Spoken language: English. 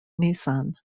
nissan